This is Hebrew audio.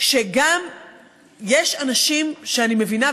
שיש גם אנשים שאני מבינה,